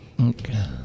Okay